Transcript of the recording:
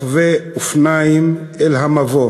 רוכבי אופניים אל המבוא